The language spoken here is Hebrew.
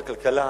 לכלכלה,